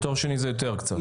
בתואר שני זה יותר קצת.